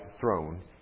throne